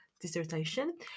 dissertation